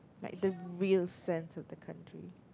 like the real sense of the country